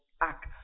act